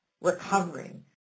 recovering